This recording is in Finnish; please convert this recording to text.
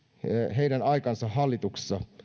heidän aikansa hallituksessa